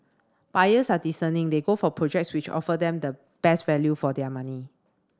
buyers are discerning they go for projects which offer them the best value for their money